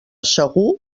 segur